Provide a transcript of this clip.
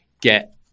get